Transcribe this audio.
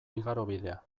igarobidea